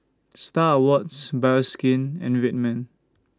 STAR Awards Bioskin and Red Man